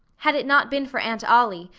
had it not been for aunt ollie,